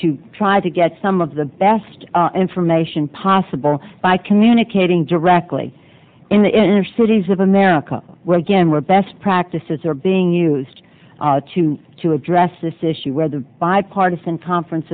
to try to get some of the best information possible by communicating directly in the inner cities of america where again were best practices are being used to address this issue where the bipartisan conference